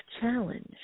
Challenge